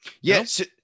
yes